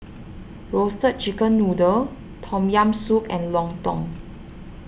Roasted Chicken Noodle Tom Yam Soup and Lontong